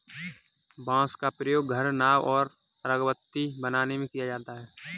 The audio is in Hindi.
बांस का प्रयोग घर, नाव और अगरबत्ती बनाने में किया जाता है